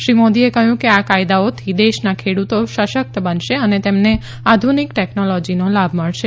શ્રી મોદીએ કહ્યું કે આ કાયદાઓથી દેશના ખેડૂતો સશક્ત બનશે અને તેમને આધુનિક ટેકનોલોજીનો લાભ મળશે